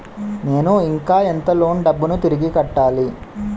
నేను ఇంకా ఎంత లోన్ డబ్బును తిరిగి కట్టాలి?